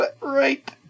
right